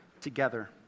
together